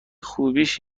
خوبیش